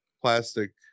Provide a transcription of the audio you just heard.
plastic